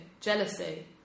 Jealousy